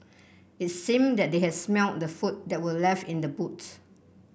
it seemed that they has smelt the food that were left in the boots